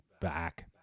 back